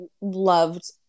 loved